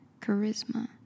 charisma